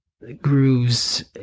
grooves